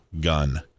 gun